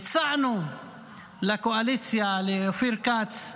והצענו לקואליציה, לאופיר כץ,